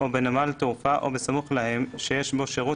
או בנמל תעופה או בסמוך להם שיש בו שירות